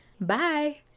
Bye